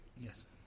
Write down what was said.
Yes